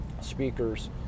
speakers